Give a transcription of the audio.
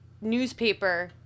newspaper